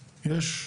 יש?